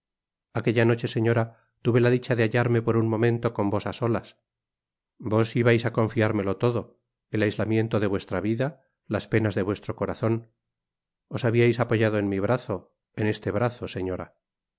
aquella noche señora tuve la dicha de hallarme por un momento con vos á solas vos ibais á confiármelo todo el aislamiento de vuestra vida las penas de vuestro corazon os habiais apoyado en mi brazo en este brazo señora